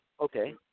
Okay